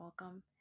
welcome